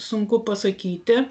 sunku pasakyti